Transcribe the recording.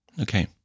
Okay